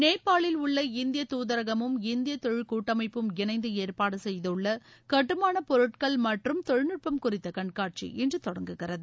நேபாளில் உள்ள இந்திய துதரகமும் இந்திய தொழில் கூட்டமைப்பும் இணைந்து ஏற்பாடு செய்துள்ள கட்டுமானப் பொருட்கள் மற்றும் தொழில்நுட்பம் குறித்த கண்காட்சி இன்று தொடங்குகிறது